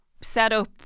setup